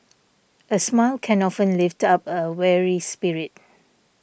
a smile can often lift up a weary spirit